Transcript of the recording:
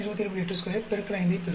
82 X 5 ஐப் பெறுவோம்